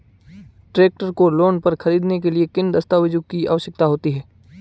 Tractor को loan पर खरीदने के लिए किन दस्तावेज़ों की आवश्यकता होती है?